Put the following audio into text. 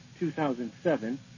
2007